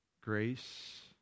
grace